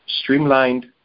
streamlined